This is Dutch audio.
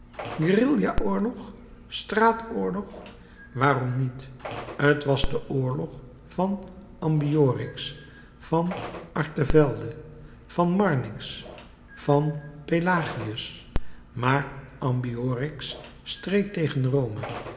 coligny guerilla oorlog straatoorlog waarom niet t was de oorlog van ambiorix van artevelde van marnix van pelagius maar ambiorix streed tegen rome